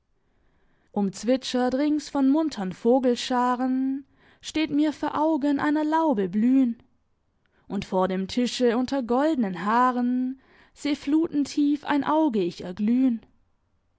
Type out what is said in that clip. umzwitschert rings von muntern vogelscharen steht mir vor augen einer laube blühen und vor dem tische unter goldnen haaren seh flutentief ein auge ich erglühen